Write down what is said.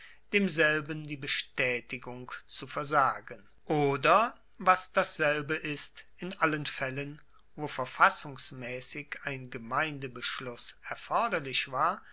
demselben die bestaetigung zu versagen oder was dasselbe ist in allen faellen wo verfassungsmaessig ein gemeindebeschluss erforderlich war